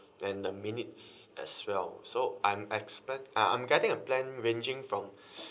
then the minutes as well so I'm expect uh I'm getting a plan ranging from